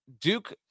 duke